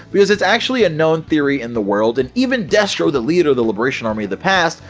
because it's actually a known theory in the world, and even destro the leader of the liberation army of the past,